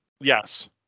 Yes